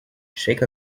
shake